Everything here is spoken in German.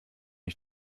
ich